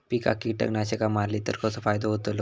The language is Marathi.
पिकांक कीटकनाशका मारली तर कसो फायदो होतलो?